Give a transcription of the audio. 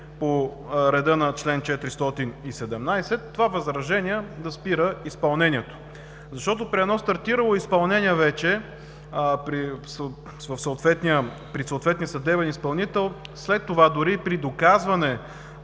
по реда на чл. 417, то да спира изпълнението, защото при едно стартирало изпълнение вече при съответния съдебен изпълнител, след това дори и при доказване,